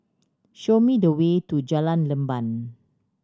show me the way to Jalan Leban